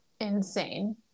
Insane